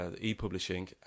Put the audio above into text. e-publishing